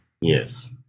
Yes